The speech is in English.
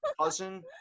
Cousin